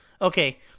Okay